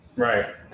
Right